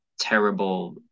terrible